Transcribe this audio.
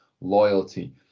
loyalty